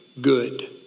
good